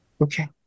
Okay